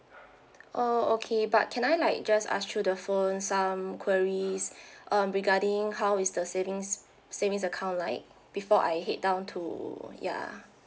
oh okay but can I like just ask through the phone some queries um regarding how is the savings savings account like before I head down to ya